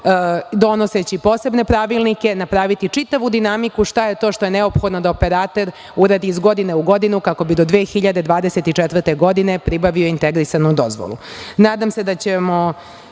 donoseći posebne pravilnike napraviti čitavu dinamiku šta je to što je neophodno da operater uradi iz godine u godinu, kako bi do 2024. godine pribavio integrisanu dozvolu. Nadam se da ćemo